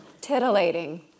Titillating